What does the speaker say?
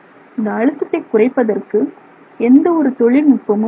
இந்த அழுத்தத்தை குறைப்பதற்கு எந்த ஒரு தொழில்நுட்பமும் இல்லை